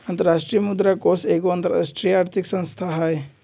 अंतरराष्ट्रीय मुद्रा कोष एगो अंतरराष्ट्रीय आर्थिक संस्था हइ